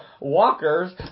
walkers